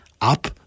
up